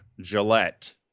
Gillette